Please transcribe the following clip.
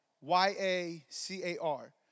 Y-A-C-A-R